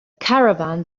caravan